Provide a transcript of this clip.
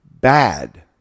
bad